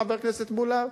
חבר הכנסת מולה,